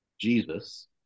Jesus